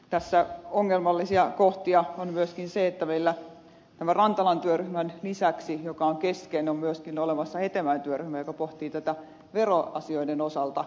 tässä ongelmallisia kohtia on myöskin se että meillä tämän rantalan työryhmän lisäksi joka on kesken on myöskin olemassa hetemäen työryhmä joka pohtii tätä veroasioiden osalta